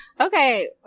okay